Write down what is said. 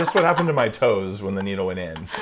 what happened to my toes when the needle went in